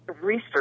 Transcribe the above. research